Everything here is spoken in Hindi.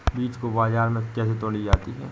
बीज को बाजार में कैसे तौली जाती है?